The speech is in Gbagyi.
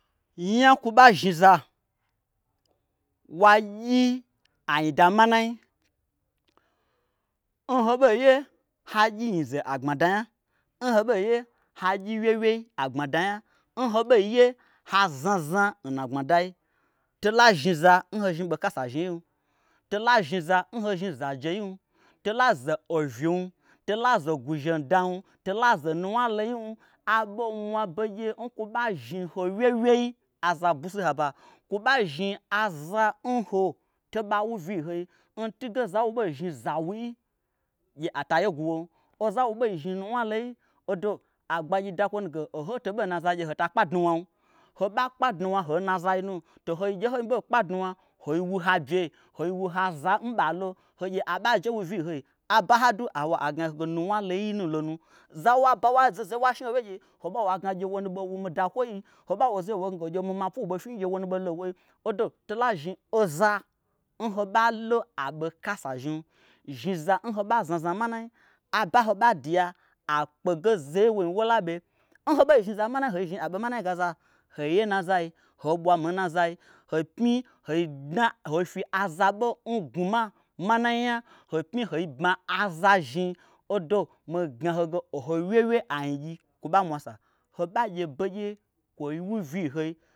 Nya kwu ɓa zhniza wa gyi anyida manai n ho ɓeye hagyi nyize agbmadanya n ho ɓei ye ha gyi wyei wyei agbmada nya n ho ɓei ye haznazna nna gbmadai to la zhni za n ho zhni ɓo kasa zhniyim, tola zhniyza nho zhniza jeyim tolaze ovyim tolaze gwuzhei dam tolaze nuwnaloyim. aɓo mwa begye n kwo ɓa zhniho wyeiwyei aza busi n haba kwo ɓa zhni aza n ho to ɓa wu vyii n hoin ntunge za wo ɓei zhni za wui gye ata ye gwu wom zawo ɓei zhni nuwnaloi odo agbagyi da kwo nuge oho nhoto ɓei nazai gye hota kpa dnuwnam ho ɓa kpa dnuwna hoi na zai nu to hoi gye n ho ɓei kpa dnuwna hoi wu ho'a bye. hoi wu ha za n ɓalo ho gye abaje wu vyii nhoi aba n ha du ha wo ai gna ho ge nu wnaloyi nu lonu zawa bawa zohozohoi ho ɓawo aigna gyewo nu ɓei wu mi da kwoyi ho ɓawo zeye woi gnage gye mi ma pwui n wu ɓo fyi gye wonu ɓei lo nwoi odo tolazhni oza n hoɓa lo aɓokasa zhnim, zhni za nho ɓa zna zna manai aɓa nho ɓa duya akpege zeye nwoin wola ɓe n hoɓei zhni zamanai hoi zhni aɓo manai gaza hoye n nazai hoi ɓwa mi n nazai hoi pmyihoi fyi aza ɓo n gnwuma manai nya hoi pmyi hoi bma aza zhni odo mi gnahoge oho wyeiwyei anyigyi kwo ɓa mwasa ho ɓagye begye kwoi wuvyi n hoi.